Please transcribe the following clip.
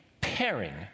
pairing